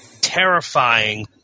terrifying